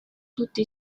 tutti